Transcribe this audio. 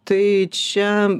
tai čia